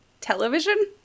television